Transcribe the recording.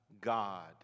God